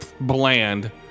bland